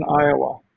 Iowa